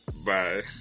Bye